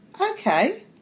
Okay